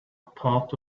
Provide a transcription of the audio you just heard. part